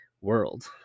world